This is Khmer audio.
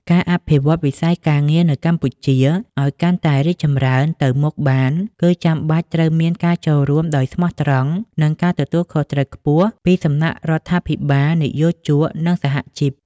ការអភិវឌ្ឍវិស័យការងារនៅកម្ពុជាឱ្យកាន់តែរីកចម្រើនទៅមុខបាន គឺចាំបាច់ត្រូវមានការចូលរួមដោយស្មោះត្រង់ និងការទទួលខុសត្រូវខ្ពស់ពីសំណាក់រដ្ឋាភិបាល និយោជក និងសហជីព។